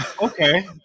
Okay